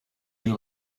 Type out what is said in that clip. you